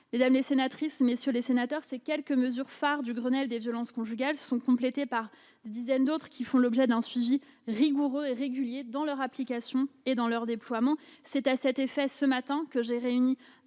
Mesdames les sénatrices, messieurs les sénateurs, ces quelques mesures phares du Grenelle des violences conjugales sont complétées par des dizaines d'autres qui font l'objet d'un suivi rigoureux et régulier dans leur application et dans leur déploiement. C'est à cet effet, ce matin, que j'ai réuni